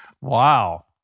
Wow